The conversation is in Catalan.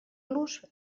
los